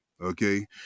okay